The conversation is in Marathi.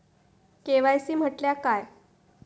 के.वाय.सी म्हटल्या काय?